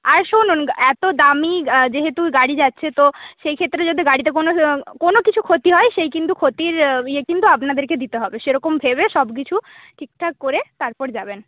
আর শুনুন এত দামি যেহেতু গাড়ি যাচ্ছে তো সেইক্ষেত্রে যদি গাড়িতে কোনো কোনোকিছু ক্ষতি হয় সেই কিন্তু ক্ষতির ইয়ে কিন্তু আপনাদেরকে দিতে হবে সেরকম ভেবে সব কিছু ঠিকঠাক করে তারপর যাবেন